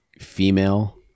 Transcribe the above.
female